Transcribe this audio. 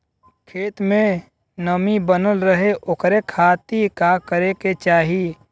खेत में नमी बनल रहे ओकरे खाती का करे के चाही?